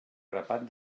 grapat